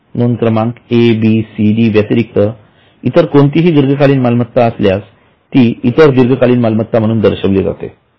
नोंद क्रमांक A B C D व्यतिरिक्त इतर कोणतीही दीर्घकालीन मालमत्ता असल्यास ती इतर दीर्घकालीन मालमत्ता म्हणून दर्शविली जाईल